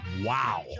wow